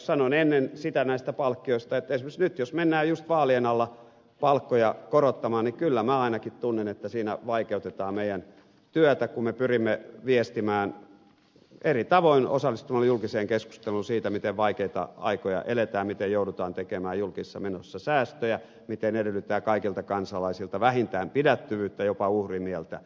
sanon ennen sitä näistä palkkioista että esimerkiksi nyt jos mennään just vaalien alla palkkoja korottamaan niin kyllä minä ainakin tunnen että siinä vaikeutetaan meidän työtämme kun me pyrimme viestimään eri tavoin osallistumalla julkiseen keskusteluun siitä miten vaikeita aikoja eletään miten joudutaan tekemään julkisissa menoissa säästöjä miten edellytetään kaikilta kansalaisilta vähintään pidättyvyyttä jopa uhrimieltä